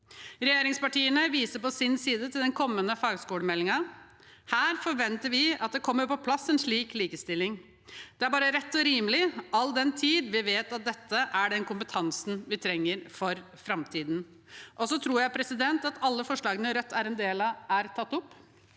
Regjeringspartiene viser på sin side til den kommende fagskolemeldingen. Her forventer vi at det kommer på plass en slik likestilling. Det er bare rett og rimelig, all den tid vi vet at dette er den kompetansen vi trenger for framtiden. Abid Raja (V) Fagskolestudentene har lenge ønsket seg